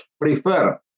prefer